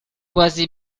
quasi